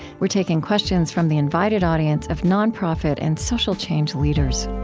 we're taking questions from the invited audience of non-profit and social change leaders